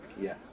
Yes